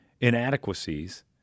inadequacies